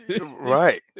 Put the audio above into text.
Right